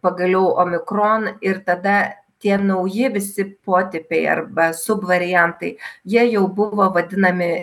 pagaliau omikron ir tada tie nauji visi potipiai arba subvariantai jie jau buvo vadinami